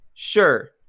Sure